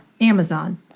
Amazon